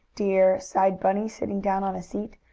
dear! sighed bunny, sitting down on a seat.